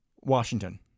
Washington